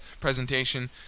presentation